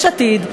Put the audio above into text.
יש עתיד,